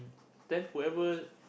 then forever